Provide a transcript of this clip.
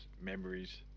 memories